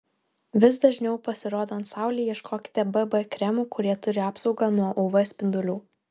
vis dažniau pasirodant saulei ieškokite bb kremų kurie turi apsaugą nuo uv spindulių